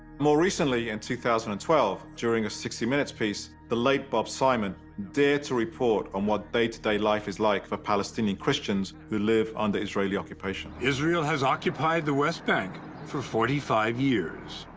more recently, in two thousand and twelve, during a sixty minutes piece, the late but so um and dared to report on what day-to-day life is like for palestinian christians who live under israeli occupation. israel has occupied the west bank for forty five years,